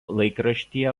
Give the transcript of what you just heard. laikraštyje